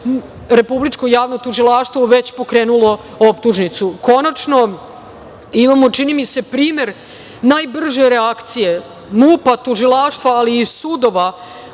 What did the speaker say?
Republičko javno tužilaštvo već pokrenulo optužnicu. Konačno, imamo čini mi se, primer najbrže reakcije MUP-a, Tužilaštva, ali i sudova